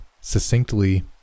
succinctly